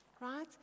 right